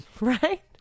right